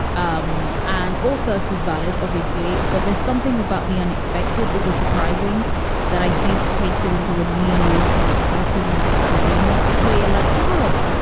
um and all thirst is valid, obviously. but there's something about the unexpected or the surprising that i think takes it into a new and exciting arena. queer like, oh,